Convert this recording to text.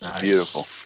Beautiful